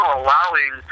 allowing